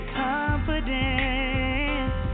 confidence